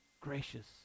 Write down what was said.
gracious